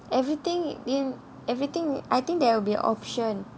everything in I think there'll be an option